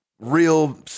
real